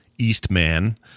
Eastman